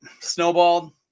snowballed